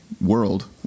world